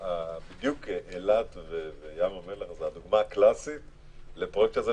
אילת וים המלח הם הדוגמה הקלאסית לפרויקט הזה,